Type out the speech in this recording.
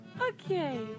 okay